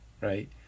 right